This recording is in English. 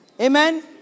Amen